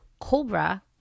COBRA